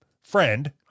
friend